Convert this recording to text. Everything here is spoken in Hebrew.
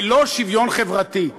ולא שוויון חברתי.